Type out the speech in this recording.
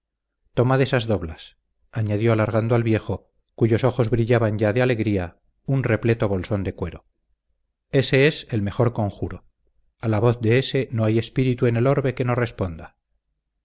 tomad esas doblas añadió alargando al viejo cuyos ojos brillaban ya de alegría un repleto bolsón de cuero ése es el mejor conjuro a la voz de ése no hay espíritu en el orbe que no responda